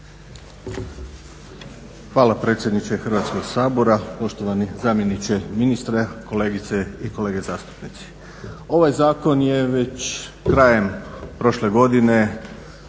Hvala predsjedniče Hrvatskog sabora. Poštovani zamjeniče ministra, kolegice i kolege zastupnici. Ovaj zakon je već krajem prošle godine